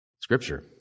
Scripture